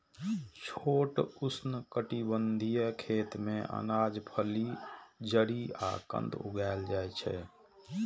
छोट उष्णकटिबंधीय खेत मे अनाज, फली, जड़ि आ कंद उगाएल जाइ छै